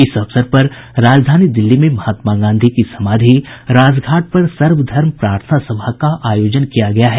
इस अवसर पर राजधानी दिल्ली में महात्मा गांधी की समाधि राजघाट पर सर्वधर्म प्रार्थना सभा का आयोजन किया गया है